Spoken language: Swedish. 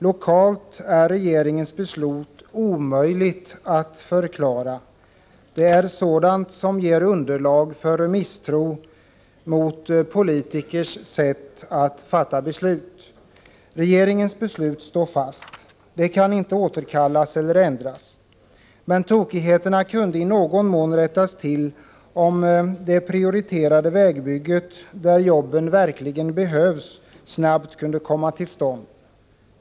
Lokalt är regeringens beslut omöjligt att förklara. Det är sådant som ger underlag för misstro mot politikers sätt att fatta beslut. Regeringens beslut står fast. Det kan inte återkallas eller ändras. Men tokigheterna kunde i någon mån rättas till om det prioriterade vägbygget, där jobben verkligen behövs, snabbt kunde komma till stånd.